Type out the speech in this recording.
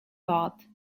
thought